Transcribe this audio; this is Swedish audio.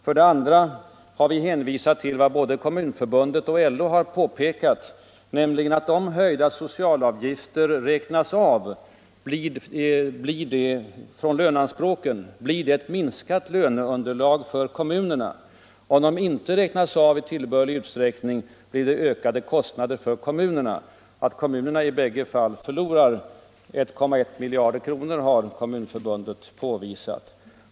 För det andra har vi hänvisat till vad både Kommunförbundet och LO har påpekat, nämligen att om höjda socialavgifter räknas av från löneanspråken blir resultatet ett minskat löneunderlag för kommunerna. Om de inte räknas av i tillbörlig utsträckning får kommunerna ökade kostnader. Att kommunerna i båda fallen förlorar 1,1 miljarder kr. har Kommunförbundet påvisat.